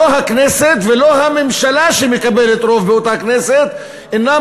לא הכנסת ולא הממשלה שמקבלת רוב באותה כנסת אינן